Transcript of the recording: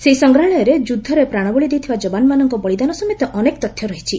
ସେହି ସଂଗ୍ରହାଳୟରେ ଯୁଦ୍ଧରେ ପ୍ରାଶବଳୀ ଦେଇଥିବା ଯବାନମାନଙ୍କ ବଳିଦାନ ସମେତ ଅନେକ ତଥ୍ୟ ରହିଛି